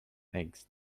eggs